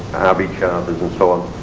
abbey charters and so on.